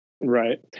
Right